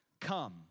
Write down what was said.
come